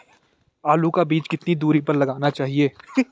आलू का बीज कितनी दूरी पर लगाना चाहिए?